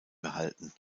gehalten